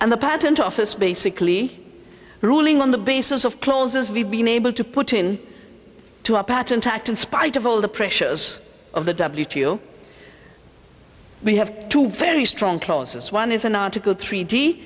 and the patent office basically ruling on the basis of clauses we've been able to put in to our patent act in spite of all the pressures of the w two you we have two very strong clauses one is an article three d